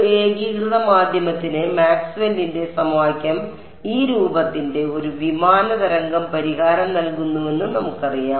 ഒരു ഏകീകൃത മാധ്യമത്തിന് മാക്സ്വെല്ലിന്റെ സമവാക്യം ഈ രൂപത്തിന്റെ ഒരു വിമാന തരംഗ പരിഹാരം നൽകുന്നുവെന്ന് നമുക്കറിയാം